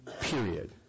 Period